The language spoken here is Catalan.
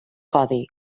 codi